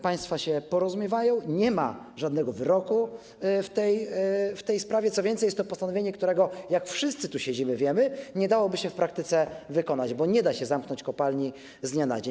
Państwa się porozumiewają, nie ma żadnego wyroku w tej sprawie, co więcej, jest to postanowienie, którego - jak wszyscy tu siedzimy, wiemy - nie dałoby się w praktyce wykonać, bo nie da się zamknąć kopalni z dnia na dzień.